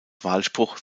wahlspruch